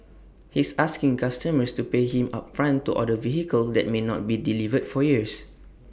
he's asking customers to pay him upfront to order vehicles that may not be delivered for years